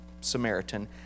Samaritan